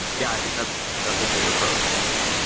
yeah i think that's that's a great approach, thanks.